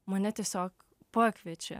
mane tiesiog pakviečia